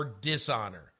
Dishonor